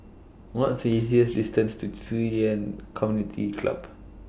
What's easiest distance to Ci Yuan Community Club